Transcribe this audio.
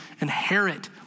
inherit